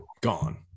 gone